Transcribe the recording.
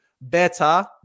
better